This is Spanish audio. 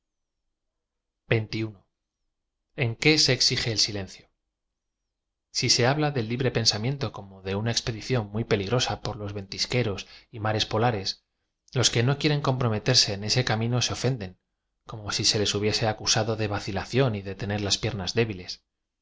qué se exige el si i se habla del lib re pensamiento como de una e x pedición m uy peligrosa por los ventisqueros y m ares polares los que no quieren comprometerse en ese ca mino se ofenden como si se les hubiese acusado de vacilación y de tener las piernas débiles